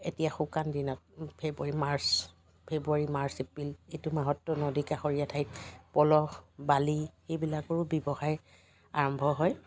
এতিয়া শুকান দিনত February March February March April এইটো মাহতটো নদী কাষৰীয়া ঠাইত পলস বালি এইবিলাকৰো ব্যৱসায় আৰম্ভ হয়